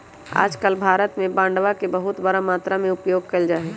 आजकल भारत में बांडवा के बहुत बड़ा मात्रा में उपयोग कइल जाहई